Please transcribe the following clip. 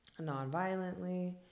nonviolently